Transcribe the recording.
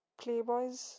playboys